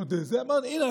אמרתי: הינה,